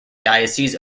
diocese